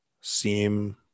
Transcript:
seem